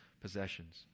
possessions